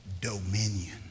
dominion